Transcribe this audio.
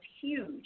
huge